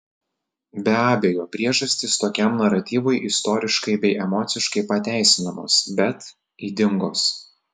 be abejo priežastys tokiam naratyvui istoriškai bei emociškai pateisinamos bet ydingos